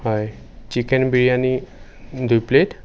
হয় চিকেন বিৰিয়ানী দুই প্লেট